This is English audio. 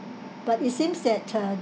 but it seems that uh